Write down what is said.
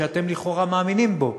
שאתם לכאורה מאמינים בו,